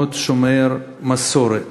מאוד שומר מסורת.